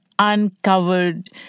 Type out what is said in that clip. uncovered